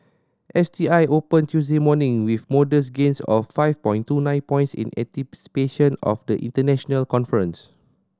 S T I opened Tuesday morning with modest gains of five point two nine points in anticipation of the international conference